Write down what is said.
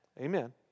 Amen